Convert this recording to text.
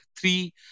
three